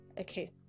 Okay